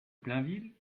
blainville